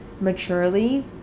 maturely